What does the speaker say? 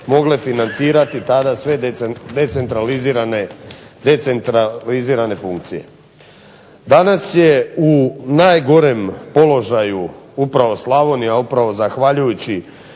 mogle financirati tada sve decentralizirane funkcije. Danas je u najgorem položaju upravo Slavonija, upravo zahvaljujući